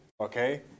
Okay